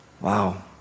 Wow